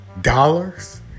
dollars